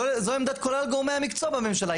זו עמדת כלל גורמי המקצוע בממשלה.